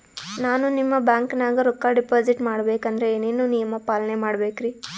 ನಾನು ನಿಮ್ಮ ಬ್ಯಾಂಕನಾಗ ರೊಕ್ಕಾ ಡಿಪಾಜಿಟ್ ಮಾಡ ಬೇಕಂದ್ರ ಏನೇನು ನಿಯಮ ಪಾಲನೇ ಮಾಡ್ಬೇಕ್ರಿ?